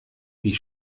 wie